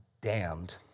damned